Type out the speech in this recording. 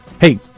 Hey